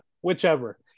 whichever